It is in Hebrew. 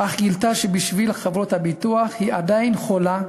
אך גילתה שבשביל חברות הביטוח היא עדיין חולה.